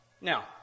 Now